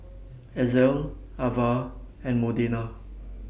Ezell Avah and Modena